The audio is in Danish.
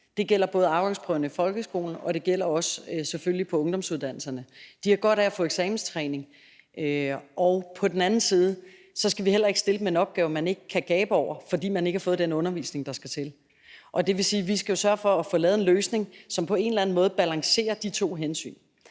det gælder selvfølgelig også på ungdomsuddannelserne. De har godt af at få eksamenstræning. På den anden side skal vi heller ikke stille dem en opgave, man ikke kan gabe over, fordi man ikke har fået den undervisning, der skal til. Og det vil sige, at vi skal sørge for at få lavet en løsning, som på en eller anden måde balancerer de to hensyn.